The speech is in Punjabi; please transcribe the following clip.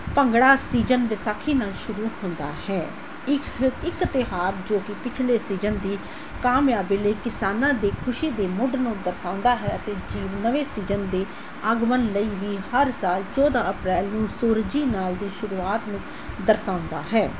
ਭੰਗੜਾ ਸੀਜਨ ਵਿਸਾਖੀ ਨਾਲ ਸ਼ੁਰੂ ਹੁੰਦਾ ਹੈ ਇਹ ਇੱਕ ਤਿਉਹਾਰ ਜੋ ਕਿ ਪਿਛਲੇ ਸੀਜਨ ਦੀ ਕਾਮਯਾਬੀ ਲਈ ਕਿਸਾਨਾਂ ਦੀ ਖੁਸ਼ੀ ਦੇ ਮੁੱਢ ਨੂੰ ਦਰਸਾਉਂਦਾ ਹੈ ਅਤੇ ਜੀ ਨਵੇਂ ਸੀਜਨ ਦੇ ਆਗਮਨ ਲਈ ਵੀ ਹਰ ਸਾਲ ਚੌਦਾਂ ਅਪ੍ਰੈਲ ਨੂੰ ਸੂਰਜੀ ਨਾਲ ਦੀ ਸ਼ੁਰੂਆਤ ਨੂੰ ਦਰਸਾਉਂਦਾ ਹੈ